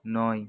নয়